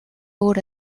өөр